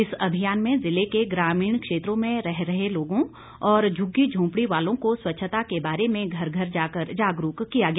इस अभियान में जिले के ग्रमीण क्षेत्रों में रह रहे लोगों और झुग्गी झोंपड़ी वालों को स्वच्छता के बारे में घर घर जाकर जागरूक किया गया